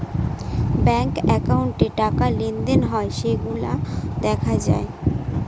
bank একাউন্টে টাকা লেনদেন হয় সেইগুলা দেখা যায়